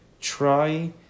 Try